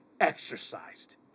exercised